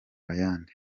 ayandi